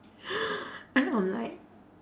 then I'm like